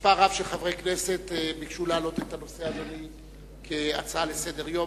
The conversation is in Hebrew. מספר רב של חברי כנסת ביקשו להעלות את הנושא הזה כהצעה לסדר-היום,